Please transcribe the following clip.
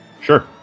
Sure